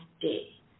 day